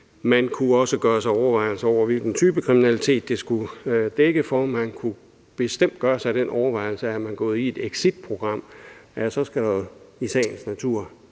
Man kunne også gøre sig overvejelser over, hvilken type kriminalitet det skulle dække for, og man kunne bestemt gøre sig den overvejelse, at er vedkommende gået i et exitprogram, skal der i sagens natur